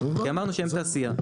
כי אמרנו שהם תעשייה.